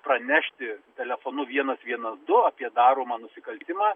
pranešti telefonu vienas vienu du apie daromą nusikaltimą